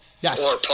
Yes